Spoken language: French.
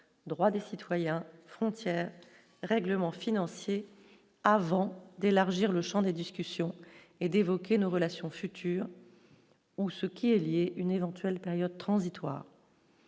droits des citoyens frontière règlement financier avant d'élargir le Champ des discussions et d'évoquer nos relations futures ou ce qui est lié une éventuelle période transitoire.